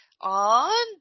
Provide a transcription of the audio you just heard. on